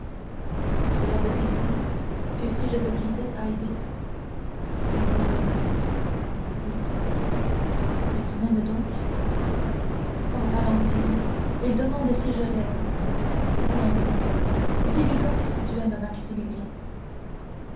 cela veut-il donc dire que si je te quittais haydée je mourrais mon seigneur oui mais tu m'aimes donc oh valentine il demande si je l'aime valentine dis-lui donc si tu aimes maximilien